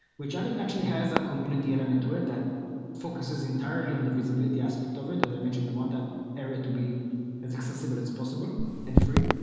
which actually actually has a community element to it that focuses entirely on the visibility aspect of it. as i mentioned, we want that area to be as accessible as possible and free,